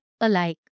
alike